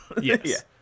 Yes